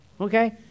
okay